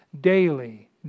Daily